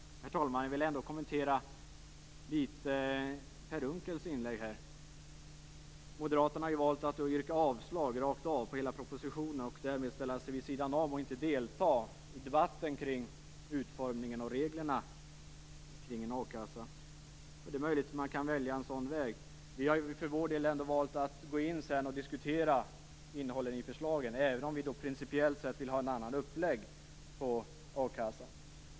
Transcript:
Herr talman! Jag vill också något kommentera Per Unckels inlägg. Moderaterna har valt att rakt av yrka avslag på hela propositionen och därmed ställa sig vid sidan om debatten om utformningen av reglerna för en a-kassa. Det är möjligt att man kan välja en sådan väg, men vi har för vår del valt att diskutera innehållet i förslagen, även om vi vill ha en principiellt annan uppläggning av a-kassan.